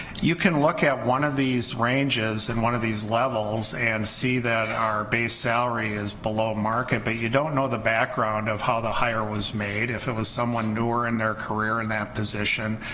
you can look at one of these ranges and one of these levels, and see that our base salary is below market, but you don't know the background of how the hire was made, if it was someone newer in their career in that position,